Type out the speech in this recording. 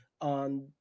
on